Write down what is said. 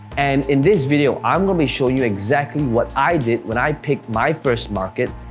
and, in this video, i'm gonna be show you exactly what i did when i picked my first market.